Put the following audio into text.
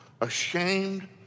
ashamed